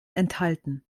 enthalten